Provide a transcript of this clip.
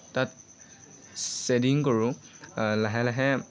তাত শ্বেডিং কৰোঁ লাহে লাহে